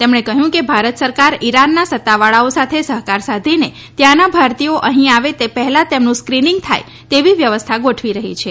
તેમણે કહ્યું કે ભારત સરકાર ઇરાનના સત્તાવાળાઓ સાથે સહકાર સાધીને ત્યાંના ભારતીયો અહીં આવે તે પહેલાં તેમનું સ્ક્રીનિંગ થાય તેવી વ્યવસ્થા ગોઠવી રહી છે